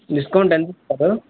discount ఎంత ఇస్తారు